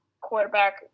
quarterback